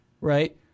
right